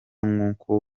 nk’uko